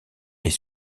est